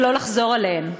ולא לחזור עליהן.